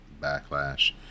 Backlash